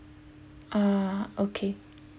ah okay